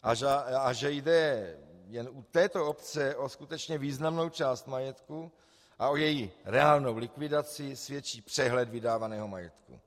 A že jde jen u této obce o skutečně významnou část majetku a o její reálnou likvidaci, svědčí přehled vydávaného majetku: